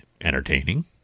entertaining